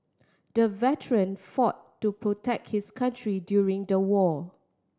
the veteran fought to protect his country during the war